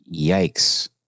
Yikes